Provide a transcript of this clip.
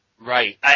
Right